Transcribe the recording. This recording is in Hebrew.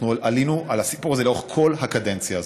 עלינו על הסיפור הזה לאורך כל הקדנציה הזאת.